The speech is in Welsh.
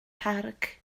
parc